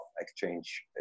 exchange